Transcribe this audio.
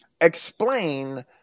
explain